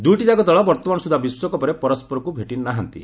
ଦୁଇଟିଯାକ ଦଳ ବର୍ତ୍ତମାନ ସୁଦ୍ଧା ବିଶ୍ୱକପ୍ରେ ପରସ୍କରକୁ ଭେଟି ନାହାନ୍ତି